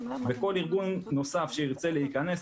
וכל ארגון נוסף שירצה להיכנס,